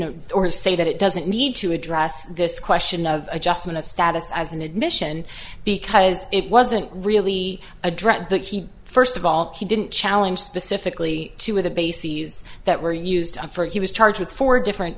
know or say that it doesn't need to address this question of adjustment of status as an admission because it wasn't really addressed that he first of all he didn't challenge specifically two of the bases that were used for it he was charged with four different